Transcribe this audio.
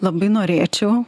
labai norėčiau